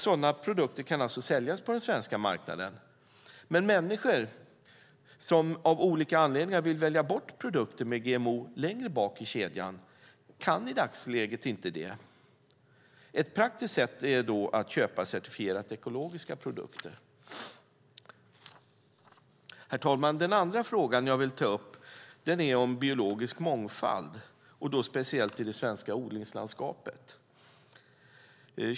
Sådana produkter kan alltså säljas på den svenska marknaden. Men människor som av olika anledningar vill välja bort produkter med GMO längre bak i kedjan kan i dagsläget inte göra det. Ett praktiskt sätt är då att köpa certifierade ekologiska produkter. Herr talman! Den andra frågan jag vill ta upp handlar om biologisk mångfald, speciellt i det svenska odlingslandskapet.